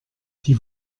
die